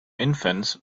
infants